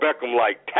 Beckham-like